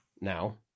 now